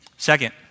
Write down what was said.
Second